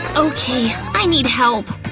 okay, i need help!